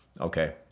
okay